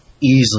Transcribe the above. easily